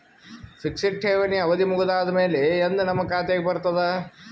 Fixed ಠೇವಣಿ ಅವಧಿ ಮುಗದ ಆದಮೇಲೆ ಎಂದ ನಮ್ಮ ಖಾತೆಗೆ ಬರತದ?